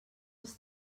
els